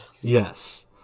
Yes